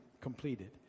completed